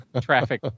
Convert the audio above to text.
Traffic